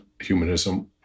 humanism